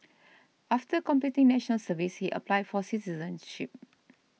after completing National Service he applied for citizenship